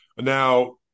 Now